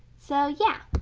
so yeah,